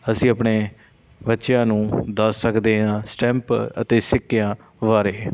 ਅਸੀਂ ਆਪਣੇ ਬੱਚਿਆਂ ਨੂੰ ਦੱਸ ਸਕਦੇ ਹਾਂ ਸਟੈਂਪ ਅਤੇ ਸਿੱਕਿਆਂ ਬਾਰੇ